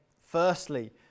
Firstly